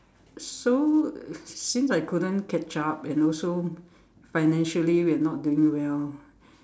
so since I couldn't catch up and also financially we're not doing well